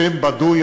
שם בדוי,